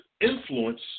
influence